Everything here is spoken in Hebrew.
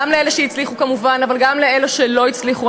גם לאלה שהצליחו כמובן, אבל גם לאלה שלא הצליחו.